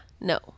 No